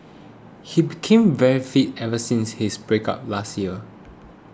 he became very fit ever since his breakup last year